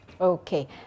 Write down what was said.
Okay